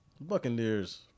Buccaneers